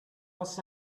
was